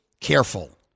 careful